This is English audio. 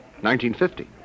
1950